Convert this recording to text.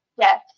Yes